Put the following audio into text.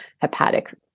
hepatic